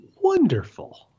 wonderful